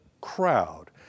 crowd